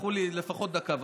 לקחו לי לפחות דקה וחצי,